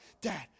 dad